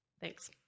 Thanks